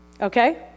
Okay